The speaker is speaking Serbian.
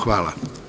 Hvala.